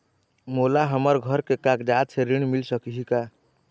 मोला हमर घर के कागजात से ऋण मिल सकही का?